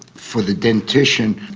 for the dentition,